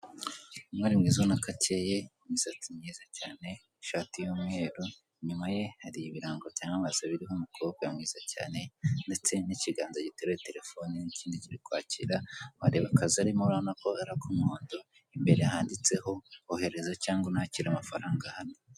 Bamwe mu batunze imbuga nkoranyambaga zo kugura cyangwa ugurisha ukoresheje ikoranabuhanga, bakunze kuba bagirana imikoranire n'abantu bagurusha amasambu yabo, igihe baba bakeneye amafaranga yo gukora igikorwa kimwe cyangwa ikindi mugihugu cy'u Rwanda.